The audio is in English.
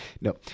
No